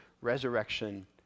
resurrection